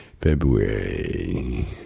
February